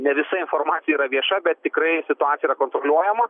ne visa informacija yra vieša bet tikrai situacija yra kontroliuojama